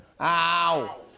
Ow